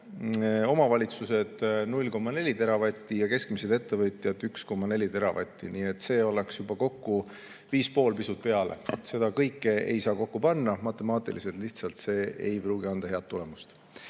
omavalitsused 0,4 teravatti ja keskmised ettevõtjad 1,4 teravatti. Nii et see oleks juba kokku 5,5 või pisut peale. Seda kõike ei saa kokku panna, matemaatiliselt lihtsalt see ei pruugi anda head tulemust.